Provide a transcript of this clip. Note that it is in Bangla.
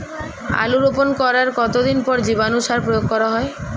আলু রোপণ করার কতদিন পর জীবাণু সার প্রয়োগ করা হয়?